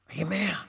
Amen